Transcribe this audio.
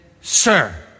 sir